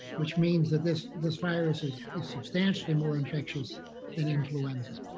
which means that this this virus is is substantially more infectious than influenza.